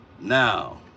now